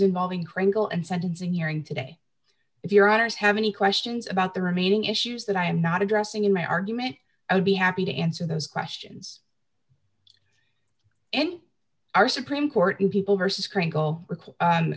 involving kringle and sentencing hearing today if your honour's have any questions about the remaining issues that i am not addressing in my argument i would be happy to answer those questions and our supreme court people versus